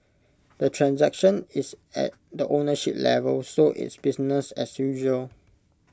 the transaction is at the ownership level so it's business as usual